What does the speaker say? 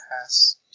pass